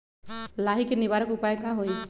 लाही के निवारक उपाय का होई?